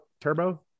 turbo